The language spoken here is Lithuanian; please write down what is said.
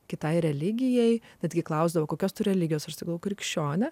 kitai religijai netgi klausdavo kokios religijos aš sakau krikščione